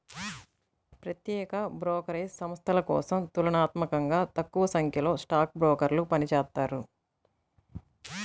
ప్రత్యేక బ్రోకరేజ్ సంస్థల కోసం తులనాత్మకంగా తక్కువసంఖ్యలో స్టాక్ బ్రోకర్లు పనిచేత్తారు